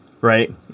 right